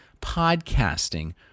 podcasting